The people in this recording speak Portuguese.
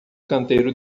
canteiro